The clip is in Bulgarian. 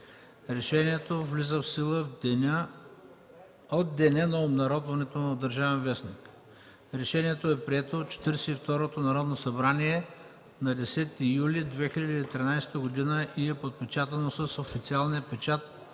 Решението влиза в сила от деня на обнародването му в „Държавен вестник“. Решението е прието от 42-то Народно събрание на 10 юли 2013 г. и е подпечатано с официалния печат